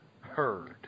heard